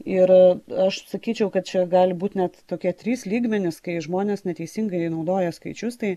ir aš sakyčiau kad čia gali būt net tokie trys lygmenys kai žmonės neteisingai naudoja skaičius tai